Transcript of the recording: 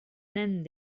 nen